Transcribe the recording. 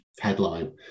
headline